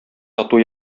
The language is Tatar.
тату